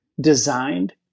designed